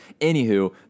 anywho